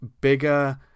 bigger